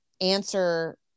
answer